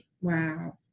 Wow